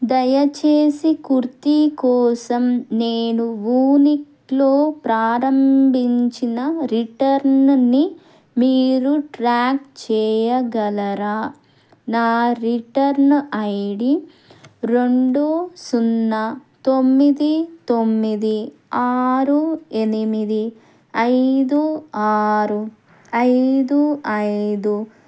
దయచేసి కుర్తి కోసం నేను వూనిక్లో ప్రారంభించిన రిటర్న్ని మీరు ట్రాక్ చేయగలరా నా రిటర్న్ ఐ డీ రెండు సున్నా తొమ్మిది తొమ్మిది ఆరు ఎనిమిది ఐదు ఆరు ఐదు ఐదు